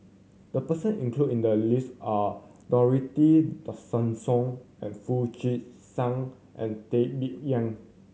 the person included in the list are Dorothy Tessensohn and Foo Chee San and Teo Bee Yen